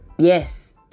yes